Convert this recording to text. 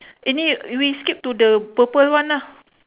eh ni we skip to the purple one lah